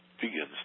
begins